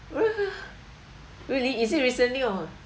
really is it recently or